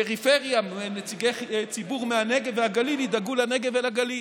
פריפריה ונציגי ציבור מהנגב והגליל ידאגו לנגב ולגליל.